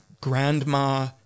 grandma